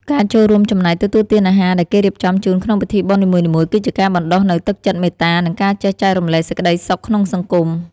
ការចូលរួមចំណែកទទួលទានអាហារដែលគេរៀបចំជូនក្នុងពិធីបុណ្យនីមួយៗ គឺជាការបណ្តុះនូវទឹកចិត្តមេត្តា និងការចេះចែករំលែកសេចក្តីសុខក្នុងសង្គម។